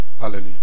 Hallelujah